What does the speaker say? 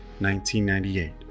1998